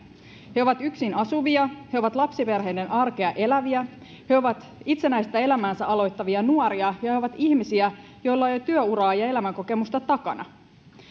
he ovat yksin asuvia he ovat lapsiperheiden arkea eläviä he ovat itsenäistä elämäänsä aloittavia nuoria ja he ovat ihmisiä joilla on jo työuraa ja elämänkokemusta takana